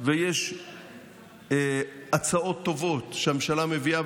ויש הצעות טובות שהממשלה מביאה,